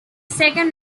second